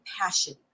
passion